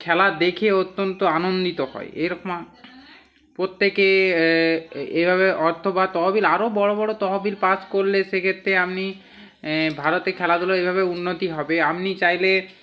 খেলা দেখে অত্যন্ত আনন্দিত হয় এরকম প্রত্যেকে এ এভাবে অর্থ বা তহবিল আরও বড় বড় তহবিল পাশ করলে সেক্ষেত্রে আপনি ভারতে খেলাধুলোয় এভাবে উন্নতি হবে আপনি চাইলে